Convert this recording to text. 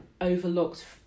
overlooked